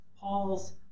Paul's